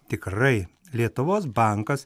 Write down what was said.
tikrai lietuvos bankas